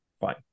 Fine